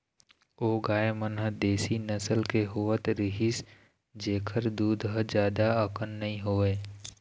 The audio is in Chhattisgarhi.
ओ गाय मन ह देसी नसल के होवत रिहिस जेखर दूद ह जादा अकन नइ होवय